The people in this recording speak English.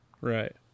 Right